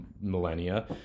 millennia